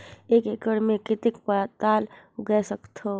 एक एकड़ मे कतेक पताल उगाय सकथव?